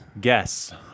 Guess